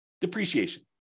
depreciation